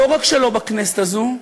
לא רק שלא בכנסת הזאת,